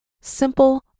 simple